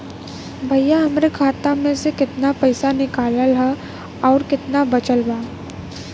भईया हमरे खाता मे से कितना पइसा निकालल ह अउर कितना बचल बा?